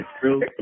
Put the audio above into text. true